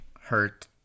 hurt